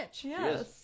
Yes